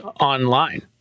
online